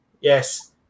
yes